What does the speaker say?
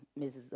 Mrs